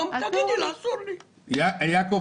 יעקב,